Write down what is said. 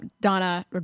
Donna